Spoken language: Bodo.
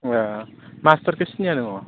ए मास्टारखो सिनाया नोङो